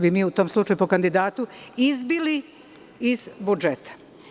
Mi bi u tom slučaju, po kandidatu, izbili iz budžeta.